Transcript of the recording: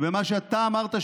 ומה שאתה אמרת,